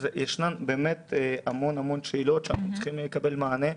יש באמת המון המון שאלות שאנחנו צריכים לקבל מענה עליהן.